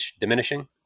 Diminishing